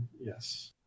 Yes